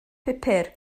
pupur